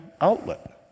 outlet